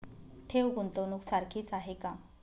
ठेव, गुंतवणूक सारखीच आहे का?